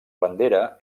bandera